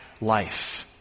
life